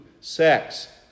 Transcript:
sex